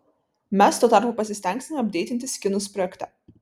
mes tuo tarpu pasistengsime apdeitinti skinus projekte